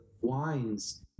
wines